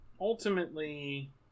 ultimately